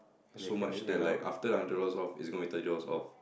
so much that like after the hundred dollars off it's gonna be thirty dollars off